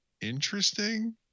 interesting